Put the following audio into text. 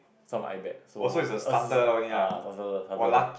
some iBet so told me